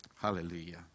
Hallelujah